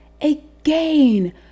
again